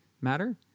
matter